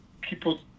people